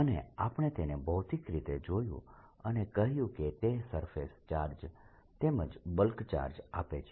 અને આપણે તેને ભૌતિક રીતે જોયું અને કહ્યું કે તે સરફેસ ચાર્જ તેમજ બલ્ક ચાર્જ આપે છે